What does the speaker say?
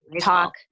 talk